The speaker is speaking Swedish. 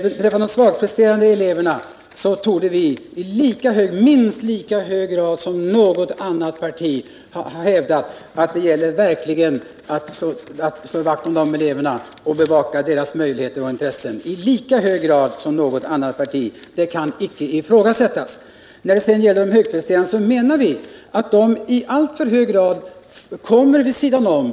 Beträffande de svagpresterande eleverna torde moderata samlingspartiet i minst lika hög grad som något annat parti ha hävdat att det verkligen gäller att slå vakt om dem och bevaka deras intressen — det kan inte ifrågasättas. De högpresterande eleverna menar vi i alltför hög grad hamnar vid sidan om.